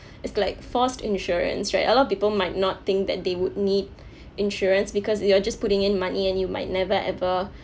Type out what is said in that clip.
it's like forced insurance right a lot of people might not think that they would need insurance because you're just putting in money and you might never ever